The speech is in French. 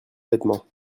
vêtements